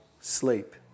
sleep